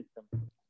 system